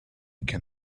can